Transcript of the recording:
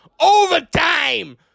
Overtime